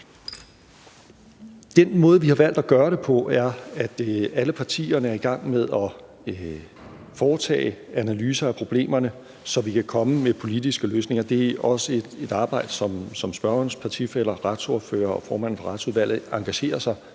Den måde, som vi har valgt at gøre det på, er, at alle partierne er i gang med at foretage analyser af problemerne, så vi kan komme med politiske løsninger. Det er også et arbejde, som spørgerens partifæller, retsordførere og formanden for Retsudvalget engagerer sig